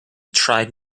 tried